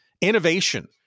innovation